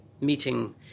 meeting